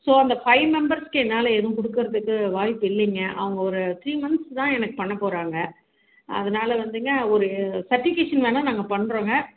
so அந்த five மெம்பெர்ஸ்க்கு என்னால் எதுவும் கொடுக்குறத்துக்கு வாய்ப்பு இல்லங்க அவங்க ஒரு த்ரீ மந்த்ஸ் தான் எனக்கு பண்ண போகறாங்க அதனாஇ வந்துங்க ஒரு சர்ட்டிஃபிகேசன் வேணும்னா பண்ணுறோங்க